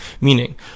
Meaning